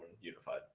unified